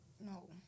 no